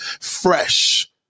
fresh